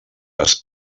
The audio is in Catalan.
les